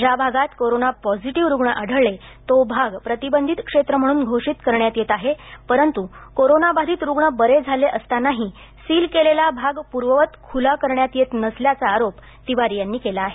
ज्या भागात corona positive रूग्ण आढळले तो भाग प्रतिबंधित क्षेत्र म्हणून घोषित करण्यात येत आहे परंतू कोरोनाबाधित रुग्ण बरे झाले असतानाही सील केलेला भागपूर्ववत खुला करण्यात येत नसल्याचा आरोप तिवारी यांनी केला आहे